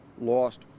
lost